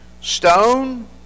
stone